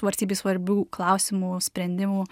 valstybei svarbių klausimų sprendimų